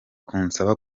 kunsaba